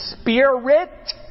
spirit